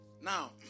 Now